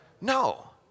No